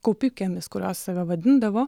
kaupikėmis kurios save vadindavo